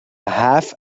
half